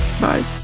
Bye